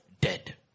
dead